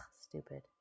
stupid